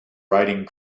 writing